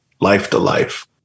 life-to-life